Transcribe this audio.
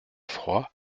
froid